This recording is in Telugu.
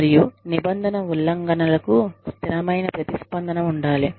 మరియు నిబంధన ఉల్లంఘనలకు స్థిరమైన ప్రతిస్పందన ఉండాలి